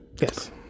Yes